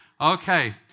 Okay